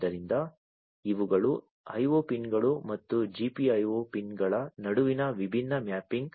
ಆದ್ದರಿಂದ ಇವುಗಳು IO ಪಿನ್ಗಳು ಮತ್ತು GPIO ಪಿನ್ಗಳ ನಡುವಿನ ವಿಭಿನ್ನ ಮ್ಯಾಪಿಂಗ್